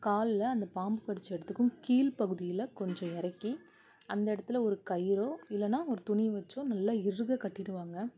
கால்ல அந்த பாம்பு கடிச்ச இடத்துக்கும் கீழ் பகுதியில் கொஞ்சம் இறக்கி அந்த இடத்தில் ஒரு கயிறோ இல்லைன்னா ஒரு துணி வச்சோ நல்லா இறுக கட்டிடுவாங்க